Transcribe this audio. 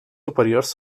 superiors